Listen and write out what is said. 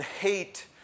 hate